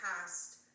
past